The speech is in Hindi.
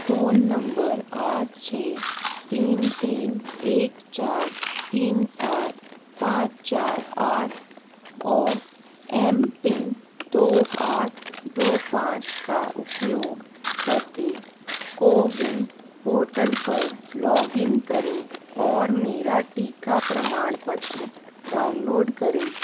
फ़ोन नंबर आठ छः तीन तीन एक चार तीन सात पाँच चार आठ और एम पीन दो आठ दो पाँच का उपयोग करके कोविन पोर्टल पर लॉगइन करें और मेरा टीका प्रमाण पत्र डाउनलोड करें